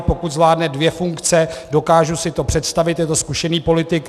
Pokud zvládne dvě funkce, dokážu si to představit, je to zkušený politik.